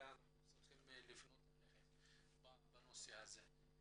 אנחנו צריכים לפנות אליהם בנושא הזה.